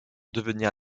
devenir